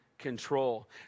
control